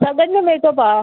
सभिनि जो मेकअप आहे